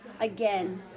again